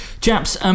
Chaps